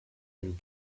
and